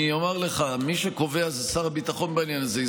אני אומר לך, מי שקובע זה שר הביטחון בעניין הזה.